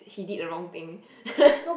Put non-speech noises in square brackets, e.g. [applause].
he did the wrong thing [laughs]